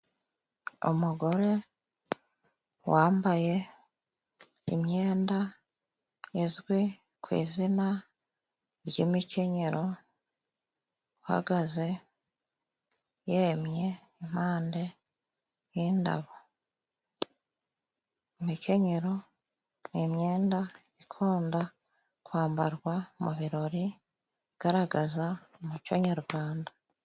Umugore wambaye imyenda izwi ku izina ry'imikenyero, uhagaze yemye impande y'indabo. Imikenyero ni imyenda ikunda kwambarwa mu birori igaragaza umuco nyarwanda.